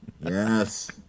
Yes